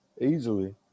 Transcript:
Easily